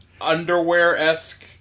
underwear-esque